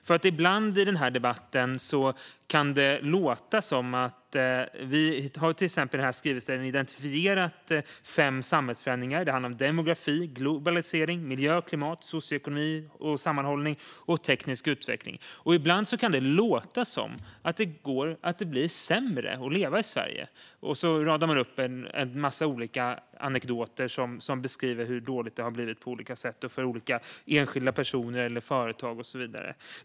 Vi har i den här skrivelsen identifierat fem samhällsförändringar - det handlar om demografi, globalisering, miljö och klimat, socioekonomi och sammanhållning samt teknisk utveckling - och ibland kan det i den här debatten låta som att det blir sämre att leva i Sverige. Man radar upp en massa olika anekdoter som beskriver hur dåligt det har blivit på olika sätt och för olika enskilda personer, företag och så vidare.